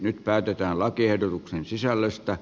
nyt päätetään lakiehdotuksen sisällöstä